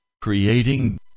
creating